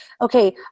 okay